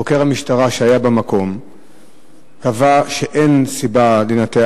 וחוקר המשטרה שהיה במקום קבע שאין סיבה לנתח,